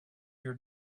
your